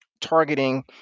targeting